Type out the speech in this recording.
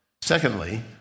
Secondly